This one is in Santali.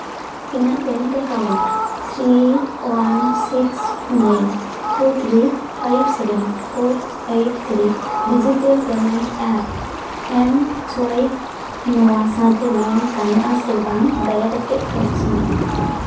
ᱤᱧᱟᱹᱜ bank account three one six nine two three five seven four eight three digital payment app Mswipe ᱱᱚᱣᱟ ᱥᱟᱶᱛᱮ ᱞᱤᱝᱠ ᱜᱟᱱᱚᱜ ᱟᱥᱮ ᱵᱟᱝ ᱫᱟᱭᱟ ᱠᱟᱛᱮᱫ ᱛᱚᱞᱟᱥ ᱢᱮ